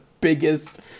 biggest